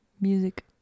Music